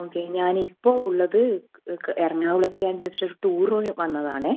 okay ഞാൻ ഇപ്പോൾ ഉള്ളത് എറണാകുളത്ത് ഞാൻ ജസ്റ്റ് ഒര് ടൂറിന് വന്നതാണ്